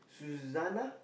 Louisana